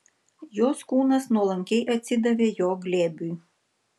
jos kūnas nuolankiai atsidavė jo glėbiui